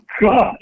god